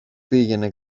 πήγαινε